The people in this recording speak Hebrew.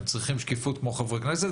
הם צריכים שקיפות כמו חברי כנסת,